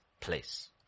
place